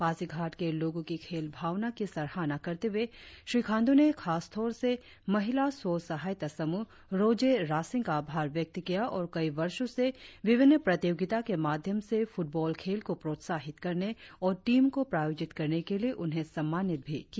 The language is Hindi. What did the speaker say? पासीघाट के लोगों की खेल भावना की सराहना करते हुए श्री खाण्ड्र ने खासतौर से महिला स्व सहायता समूह रोजे रासेंग़ का आभार व्यक्त किया और कई वर्षों से विभिन्न प्रतियोगिता के माध्यम से फुटबॉल खेल को प्रोत्साहित करने और टीम को प्रायोजित करने के लिए उन्हें सम्मानित भी किया